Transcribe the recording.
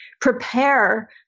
prepare